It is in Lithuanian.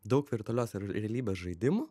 daug virtualios realybės žaidimų